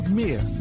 meer